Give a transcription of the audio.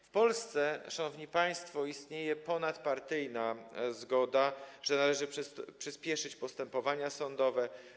W Polsce, szanowni państwo, istnieje ponadpartyjna zgoda co do tego, że należy przyspieszyć postępowania sądowe.